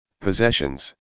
Possessions